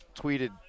tweeted